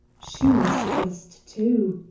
she was dressed, too,